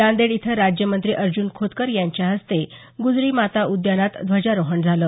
नांदेड इथं राज्य मंत्री अर्जुन खोतकर यांच्या हस्ते गुजरी माता उद्यानात ध्वजारोहण झालं